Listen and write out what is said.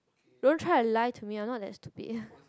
don't try to lie to me I'm not that stupid